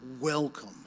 welcome